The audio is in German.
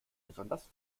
besonders